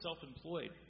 self-employed